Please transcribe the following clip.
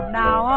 now